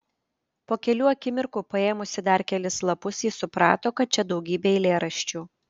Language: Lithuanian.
po kelių akimirkų paėmusi dar kelis lapus ji suprato kad čia daugybė eilėraščių